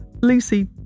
lucy